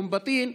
אום בטין,